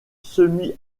semi